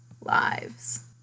lives